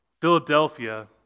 Philadelphia